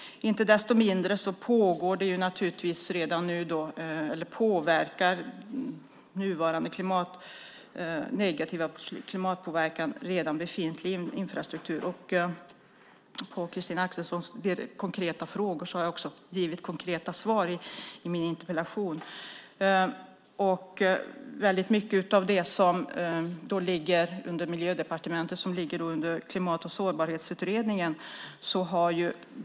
Icke desto mindre påverkar nuvarande negativa klimatpåverkan redan befintlig infrastruktur. På Christina Axelssons konkreta frågor har jag också givit konkreta svar i mitt interpellationssvar. Väldigt mycket i Miljödepartementet ligger under Klimat och sårbarhetsbarhetsutredningen.